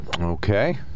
Okay